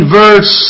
verse